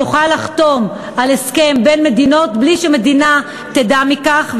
יוכל לחתום על הסכם בין מדינות בלי שהמדינה תדע מכך,